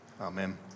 Amen